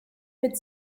mit